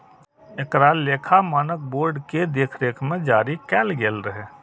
एकरा लेखा मानक बोर्ड के देखरेख मे जारी कैल गेल रहै